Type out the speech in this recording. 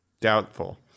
Doubtful